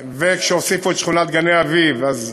וכשהוסיפו את שכונת גני-אביב אז,